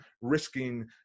risking